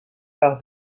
par